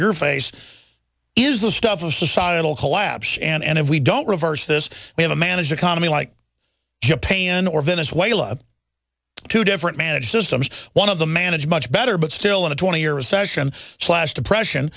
your face is the stuff of societal collapse and if we don't reverse this we have a managed economy like japan or venezuela two different manage systems one of the managed much better but still in a twenty year recession slash depression